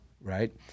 right